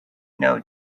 know